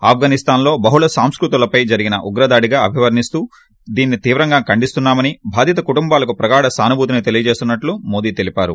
ఆప్ఘనిస్తాన్లో బహుళ సాంస్కృతిలపై జరిగిన ఉగ్రదాడేగా అభివర్ణిస్తూ తీవ్రంగా ఖండిస్తున్నా మని బాధిత కుటుంబాలకు ప్రగాడ సానుభూతిని తెలియజేస్తున్నట్లు మోడీ తెలిపారు